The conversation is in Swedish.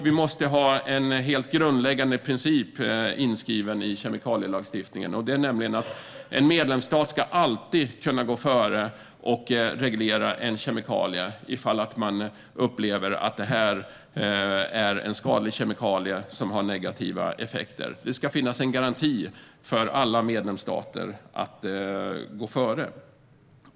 Vi måste också ha en helt grundläggande princip inskriven i kemikalielagstiftningen, nämligen att en medlemsstat alltid ska kunna gå före och reglera en kemikalie ifall man upplever att den är skadlig och har negativa effekter. Det ska finnas en garanti för alla medlemsstater när det gäller att kunna gå före.